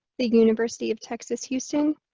the university of texas houston,